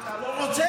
אתה לא רוצה?